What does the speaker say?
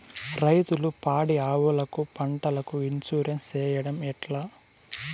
రైతులు పాడి ఆవులకు, పంటలకు, ఇన్సూరెన్సు సేయడం ఎట్లా?